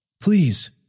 Please